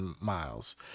Miles